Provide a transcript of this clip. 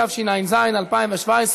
התשע"ז 2017,